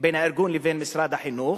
בין הארגון לבין משרד החינוך,